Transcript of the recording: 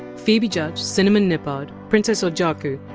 phoebe judge, cinnamon nippard, princess ojiaku,